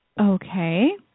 Okay